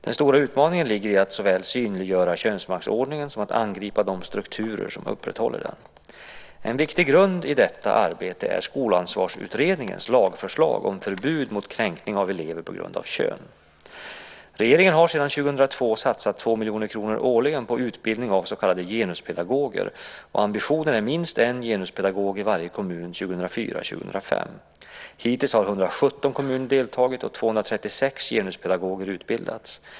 Den stora utmaningen ligger i att såväl synliggöra könsmaktsordningen som att angripa de strukturer som upprätthåller den. En viktig grund i detta arbete är Skolansvarsutredningens lagförslag om förbud mot kränkningar av elever på grund av kön . Regeringen har sedan 2002 satsat 2 miljoner kronor årligen på utbildning av så kallade genuspedagoger, och ambitionen är minst en genuspedagog i varje kommun 2004/05. Hittills har 117 kommuner deltagit och 236 genuspedagoger utbildats.